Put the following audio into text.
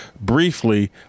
Briefly